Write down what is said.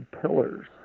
pillars